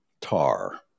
tar